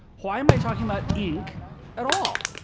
why am i talking about ink at all?